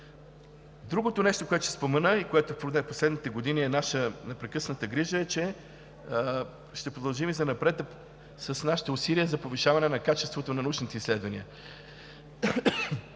Другото нещо, което ще спомена и което през последните години е наша непрекъсната грижа, е, че ще продължим и занапред с нашите усилия за повишаване на качеството на научните изследвания.